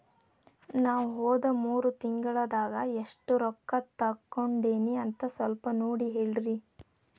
ನಾ ಹೋದ ಮೂರು ತಿಂಗಳದಾಗ ಎಷ್ಟು ರೊಕ್ಕಾ ತಕ್ಕೊಂಡೇನಿ ಅಂತ ಸಲ್ಪ ನೋಡ ಹೇಳ್ರಿ